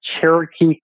Cherokee